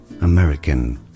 American